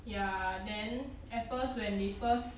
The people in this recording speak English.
ya then at first when they first